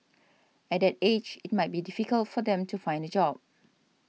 at that age it might be difficult for them to find a job